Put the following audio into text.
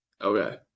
Okay